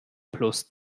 plus